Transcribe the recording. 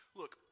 look